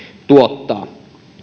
tuottaa